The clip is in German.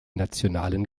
nationalen